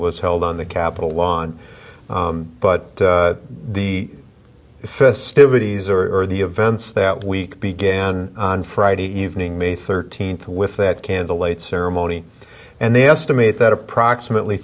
was held on the capitol lawn but the festivities or the events that week began on friday evening may thirteenth with that candlelight ceremony and the estimate that approximately